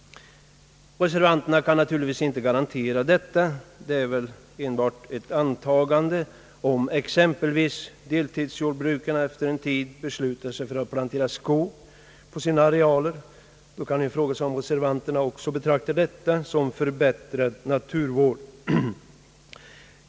Reservanterna kan naturligtvis inte garantera detta. Det är väl enbart ett antagande. Om exempelvis deltidsjordbrukaren efter en tid beslutar sig för att plantera skog på sina arealer, kan man ju fråga sig om reservanterna också betraktar detta som en förbättrad naturvård.